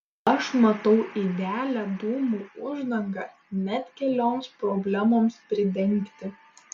aš matau idealią dūmų uždangą net kelioms problemoms pridengti